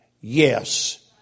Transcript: yes